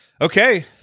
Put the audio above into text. Okay